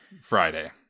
Friday